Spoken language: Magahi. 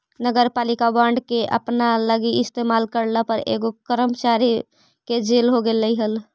नगरपालिका बॉन्ड के अपना लागी इस्तेमाल करला पर एगो कर्मचारी के जेल हो गेलई हल